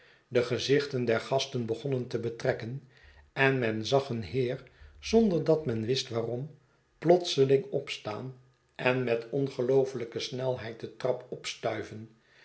de gezichten der gasten begonnen te betrekken en men zag een heer zonder dat men wist waarom plotseling opstaan en met ongeloofelyke snelheid de trap opstuiven